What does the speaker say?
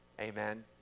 Amen